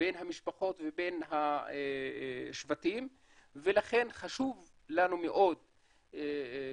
בין המשפחות ובין השבטים ולכן חשוב לנו מאוד שהערכים